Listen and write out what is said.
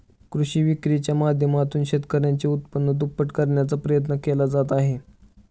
कृषी विक्रीच्या माध्यमातून शेतकऱ्यांचे उत्पन्न दुप्पट करण्याचा प्रयत्न केले जात आहेत